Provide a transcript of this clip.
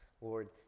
Lord